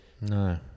No